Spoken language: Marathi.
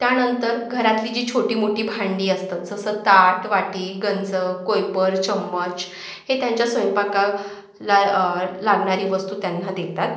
त्यानंतर घरातली जी छोटी मोठी भांडी असतं जसं ताट वाटी गंज कोयपर चम्मच हे त्यांच्या स्वयंपाका लाय लागणारी वस्तू त्यांना देतात